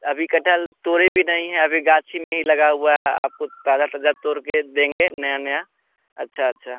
अभी कठहल तोरी भी नहीं है अभी गाछी में ही लगा हुआ है आपको ताज़ा ताज़ा तोर के देंगे नया नया अच्छा अच्छा